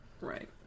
Right